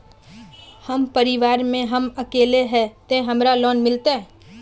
हम परिवार में हम अकेले है ते हमरा लोन मिलते?